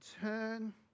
turn